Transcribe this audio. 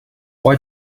why